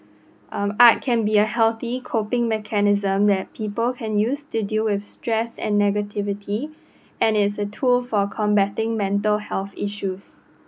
um art can be a healthy coping mechanism that people can use to deal with stress and negativity and it's a tool for combating mental health issues